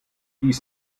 dies